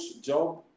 job